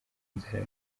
inzara